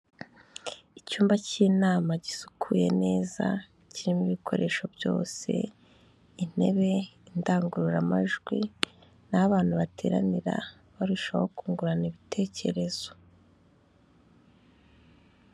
Icyumba cy'inama gisukuye neza, kirimo ibikoresho byose, intebe, indangururamajwi n'aho abantu bateranira barushaho kungurana ibitekerezo.